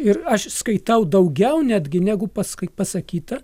ir aš skaitau daugiau netgi negu paskai pasakyta